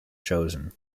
chosen